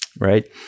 right